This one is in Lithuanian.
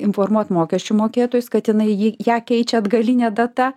informuot mokesčių mokėtojus kad jinai jį ją keičia atgaline data